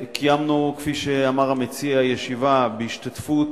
קיימנו, כפי שאמר המציע, ישיבה בהשתתפות